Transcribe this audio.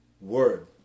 word